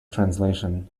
translation